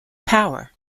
power